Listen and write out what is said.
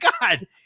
God